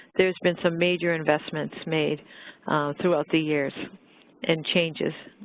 there's been some major investments made throughout the years and changes.